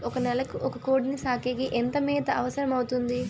ఒక నెలకు ఒక కోడిని సాకేకి ఎంత మేత అవసరమవుతుంది?